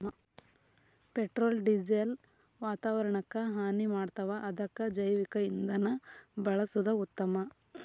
petrol diesel ವಾತಾವರಣಕ್ಕ ಹಾನಿ ಮಾಡ್ತಾವ ಅದಕ್ಕ ಜೈವಿಕ ಇಂಧನಾ ಬಳಸುದ ಉತ್ತಮಾ